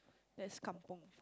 that's kampung